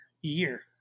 year